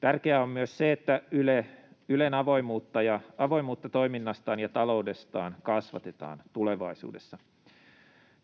Tärkeää on myös se, että Ylen avoimuutta toiminnastaan ja taloudestaan kasvatetaan tulevaisuudessa.